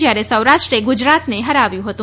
જ્યારે સૌરાષ્ટ્રે ગુજરાતને હરાવ્યુ હતુ